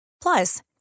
Plus